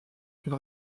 une